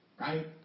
right